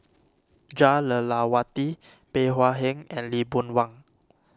Jah Lelawati Bey Hua Heng and Lee Boon Wang